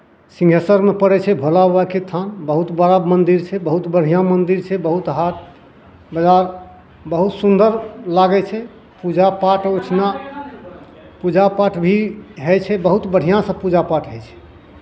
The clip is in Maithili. सिंहेश्वरमे पड़ै छै भोलाबाबाके थान बहुत बड़ा मन्दिर छै बहुत बढ़िआँ मन्दिर छै बहुत हाट बाजार बहुत सुन्दर लागै छै पूजापाठ ओहिठिना पूजापाठ भी होइ छै बहुत बढ़िआँसँ पूजापाठ होइ छै